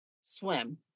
swim